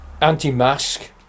anti-mask